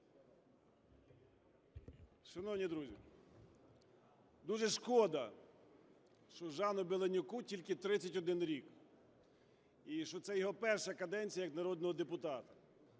Шановні друзі, дуже шкода, що Жану Беленюку тільки 31 рік і що це його перша каденція як народного депутата.